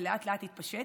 ולאט-לאט התפשט.